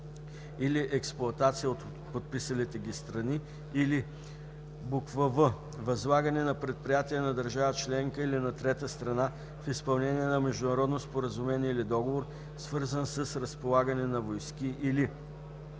или експлоатация от подписалите ги страни, или в) възлагани на предприятия на държава членка или на трета страна в изпълнение на международно споразумение или договор, свързан с разполагане на войски, или